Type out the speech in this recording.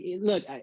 Look